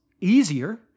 easier